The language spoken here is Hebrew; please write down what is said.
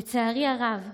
לצערי הרב,